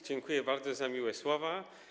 Dziękuję bardzo za miłe słowa.